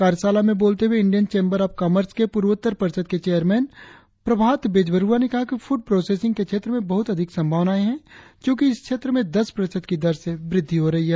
कार्यशाला में बोलते हुए इंडियन चेंबर ऑफ कॉमर्स के पूर्वोत्तर परिषद के चेयरमैन प्रभात बेजबरुवा कहा कि फूड प्रोसेसिंग के क्षेत्र में बहुत अधिक संभावनाएं है क्योंकि इस क्षेत्र में दस प्रतिशत की दर से वृद्धि हो रही है